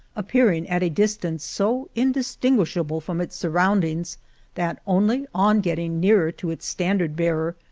appearing at a distance so indistin guishable from its surroundings that only on getting nearer to its standard-bearer,